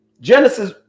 Genesis